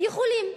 יכולים,